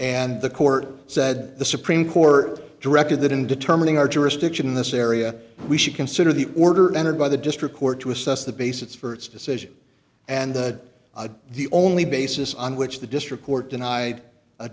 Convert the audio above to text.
and the court said the supreme court directed that in determining our jurisdiction in this area we should consider the order entered by the district court to assess the basis for its decision and that the only basis on which the district court denied